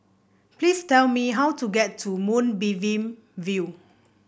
please tell me how to get to Moonbeam View